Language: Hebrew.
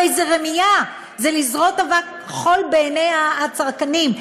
הרי זה רמייה, זה לזרות חול בעיני הצרכנים.